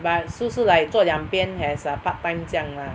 but 是不是 like 坐两边 as a part time 这样 lah